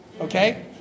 Okay